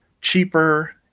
cheaper